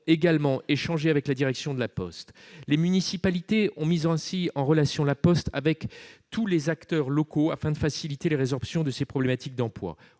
également échangé avec la direction de La Poste. Les municipalités ont ainsi mis en relation La Poste avec tous les acteurs locaux, afin de faciliter les résorptions de ses problématiques d'emploi.